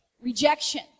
Rejection